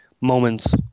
moments